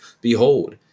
Behold